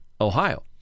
Ohio